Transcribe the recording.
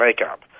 makeup